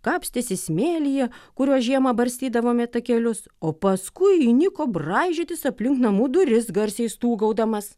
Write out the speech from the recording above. kapstėsi smėlyje kuriuo žiemą barstydavome takelius o paskui įniko braižytis aplink namų duris garsiai stūgaudamas